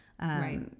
Right